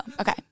Okay